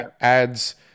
adds